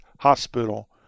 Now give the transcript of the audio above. Hospital